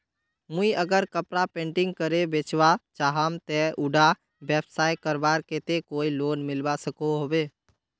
मुई अगर कपड़ा पेंटिंग करे बेचवा चाहम ते उडा व्यवसाय करवार केते कोई लोन मिलवा सकोहो होबे?